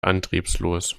antriebslos